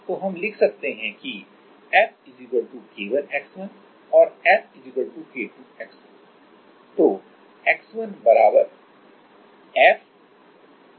तो हम लिख सकते हैं कि F K1x1 और F K2x2